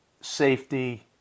safety